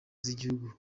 z’igihugu